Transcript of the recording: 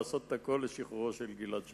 לעשות את הכול לשחרורו של גלעד שליט.